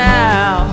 now